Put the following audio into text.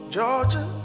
Georgia